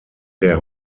der